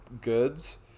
goods